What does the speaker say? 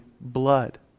blood